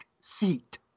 seat